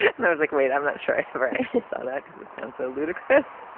and i was like wait i'm not sure i saw that because it sounds a little kids.